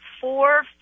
four